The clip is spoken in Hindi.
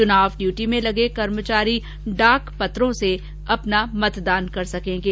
चुनाव ड्यूटी में लगे कर्मचारी डाक पत्रों से अपना मतदान कर सकेंगे